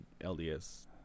LDS